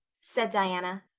said diana.